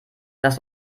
das